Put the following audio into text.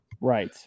Right